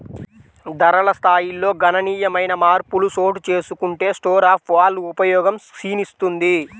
ధరల స్థాయిల్లో గణనీయమైన మార్పులు చోటుచేసుకుంటే స్టోర్ ఆఫ్ వాల్వ్ ఉపయోగం క్షీణిస్తుంది